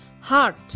Heart